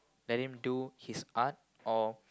let him do his art or